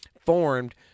formed